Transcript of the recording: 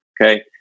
Okay